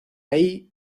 ahí